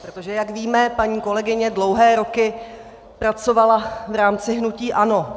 Protože jak víme, paní kolegyně dlouhé roky pracovala v rámci hnutí ANO.